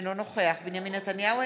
אינו נוכח בנימין נתניהו,